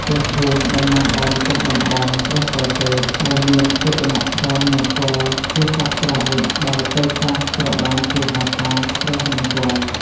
ព្រះភូមិ តំណាងឱ្យម្ចាស់តំបន់ព្រះពលទេព ដែលមានកេតនភណ្ឌ នង្គ័លជាសាស្ត្រាវុធ ដែលពេលខ្លះត្រូវបានគេហៅថា ព្រះនង្គ័ល ។